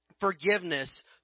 Forgiveness